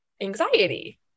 anxiety